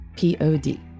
Pod